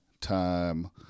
time